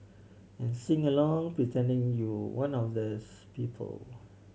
and sing along pretending you one of these people